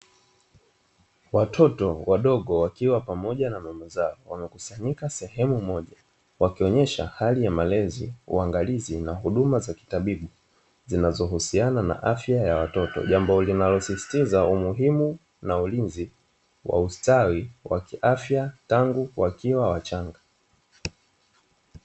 Watoto wadogo wakiwa pamoja na mama zao wamekusanyika katika sehemu moja, wakionyesha hali ya malezi, uangalizi na huduma za kitabibu zinazohusiana na afya ya watoto, jambo linalosisitiza umuhimu na ulinzi wa ustawi wa kiafya tangu wakiwa wachanga.